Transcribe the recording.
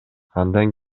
андан